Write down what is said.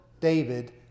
David